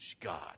God